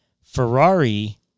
Ferrari